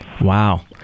Wow